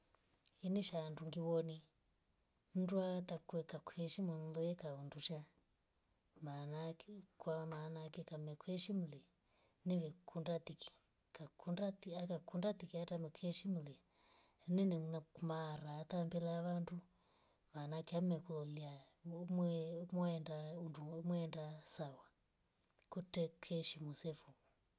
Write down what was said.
Ini sha ndungiweni ndwaya atakueka kuishi mangdekweka undusha maana ake kwa maana ake kamekueshimili nivi kunda tiki kakunda tia akunda tikiatu mekeshimle nini mwa kumara atambila wandu maana ake amekulolya umwe mwenda undu umwenda sawa kutokeshi mysefo.